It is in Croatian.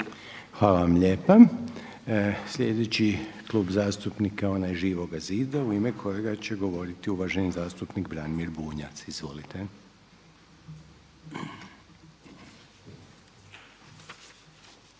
Hvala vam lijepa. Sljedeći Klub zastupnika onaj Živoga zida u ime kojega će govoriti uvaženi zastupnik Branimir Bunjac. Izvolite. **Bunjac,